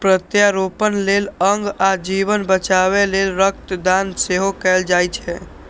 प्रत्यारोपण लेल अंग आ जीवन बचाबै लेल रक्त दान सेहो कैल जाइ छै